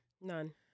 None